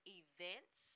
events